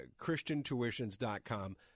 ChristianTuitions.com